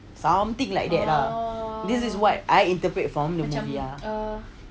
something like that ah this is what I interpret from the movie ah